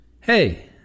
Hey